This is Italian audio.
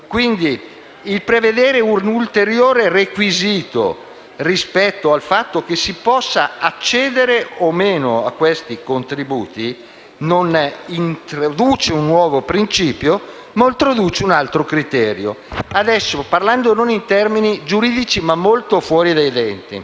Quindi, prevedere un ulteriore requisito rispetto al fatto che si possa accedere o meno a questi contributi non introduce un nuovo principio, ma introduce un altro criterio. Adesso, non parlando in termini giuridici, ma molto fuori dai denti,